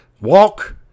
Walk